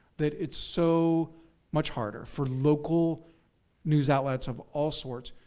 that it's so much harder for local news outlets of all sorts,